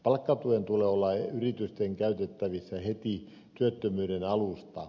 palkkatyön tulee olla yritysten käytettävissä heti työttömyyden alusta